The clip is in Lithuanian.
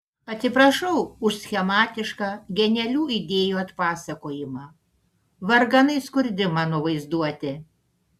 atsiprašau už schematišką genialių idėjų atpasakojimą varganai skurdi mano vaizduotė